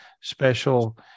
special